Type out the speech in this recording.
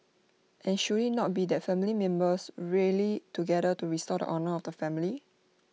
and should IT not be that family members rally together to restore the honour of the family